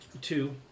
Two